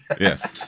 Yes